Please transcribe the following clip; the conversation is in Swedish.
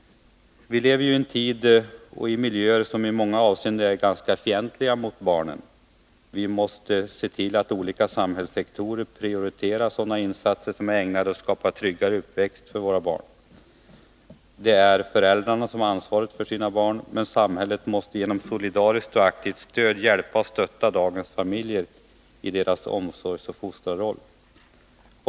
Vi lever i en tid och i miljöer som i många avseenden är ganska fientliga mot barnen. Vi måste se till att olika samhällssektorer prioriterar insatser som är ägnade att skapa en tryggare uppväxt för våra barn. Det är föräldrarna som har ansvaret för sina barn. Men samhället måste genom solidariskt och aktivt stöd hjälpa och stötta dagens familjer i deras omsorgsoch fostrarroll.